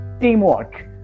teamwork